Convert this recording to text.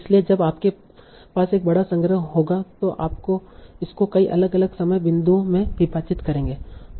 इसलिए जब आपके पास एक बड़ा संग्रह होगा तो आप इसको कई अलग अलग समय बिंदुओं में विभाजित करेंगे